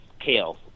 kale